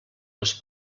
les